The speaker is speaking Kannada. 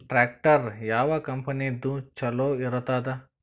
ಟ್ಟ್ರ್ಯಾಕ್ಟರ್ ಯಾವ ಕಂಪನಿದು ಚಲೋ ಇರತದ?